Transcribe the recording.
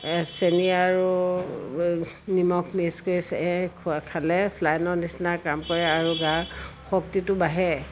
চেনি আৰু নিমখ মিক্স কৰি খোৱা খালে চেলাইনৰ নিচিনা কাম কৰে আৰু গাৰ শক্তিটো বাঢ়ে